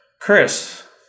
Chris